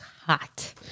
hot